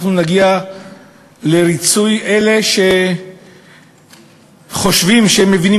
אנחנו נגיע לריצוי אלה שחושבים שהם מבינים